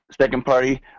second-party